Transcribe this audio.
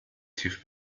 tief